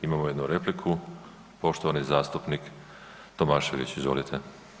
Imamo jednu repliku, poštovani zastupnik Tomašević, izvolite.